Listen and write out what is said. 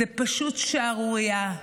זאת פשוט שערורייה.